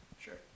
Sure